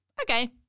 Okay